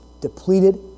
depleted